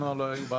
הם לא היו בינואר.